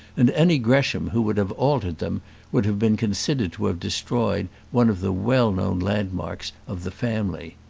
and any gresham who would have altered them would have been considered to have destroyed one of the well-known landmarks of the family.